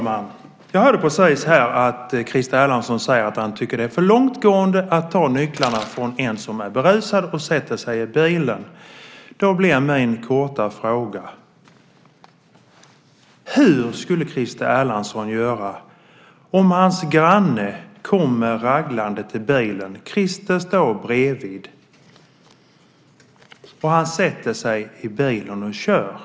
Fru talman! Jag hörde att Christer Erlandsson sade att han tycker att det är för långtgående att ta nycklarna från en som är berusad och sätter sig i bilen. Då blir min korta fråga: Hur skulle Christer Erlandsson göra om hans granne kom raglande till bilen och sätter sig i den för att köra och Christer Erlandsson står bredvid?